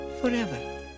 forever